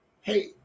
Hey